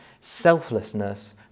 selflessness